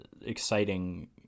exciting